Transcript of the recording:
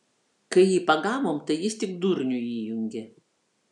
kai jį pagavom tai jis tik durnių įjungė